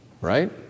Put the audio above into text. right